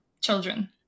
children